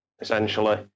essentially